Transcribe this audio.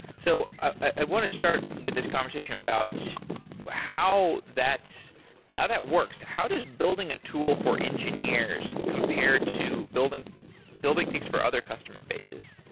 so i want to start with this conversation about how that how that works. how does building a tool for engineers compared to building building things for other customer bases?